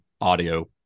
audio